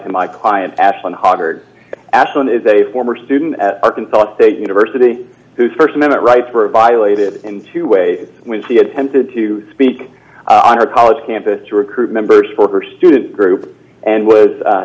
to my client ashley hoggard ashlan is a former student at arkansas state university whose st amendment rights were violated in two ways when she attempted to speak on her college campus to recruit members for her student group and was